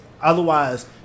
otherwise